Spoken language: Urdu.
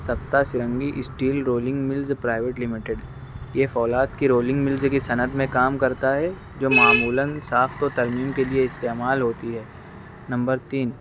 ستا سرنگی یہ فولاد کی رولنگ ملز کی صنعت میں کام کرتا ہے جو معمولاً ساخت و ترمیم کے لیے استعمال ہوتی ہے نمبر تین